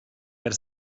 per